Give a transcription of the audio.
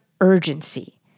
urgency